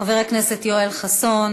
חבר הכנסת יואל חסון.